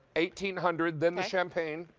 eight hundred. then the champagne,